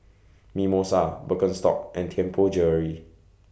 Mimosa Birkenstock and Tianpo Jewellery